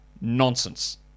Nonsense